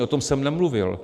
O tom jsem nemluvil.